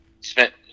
spent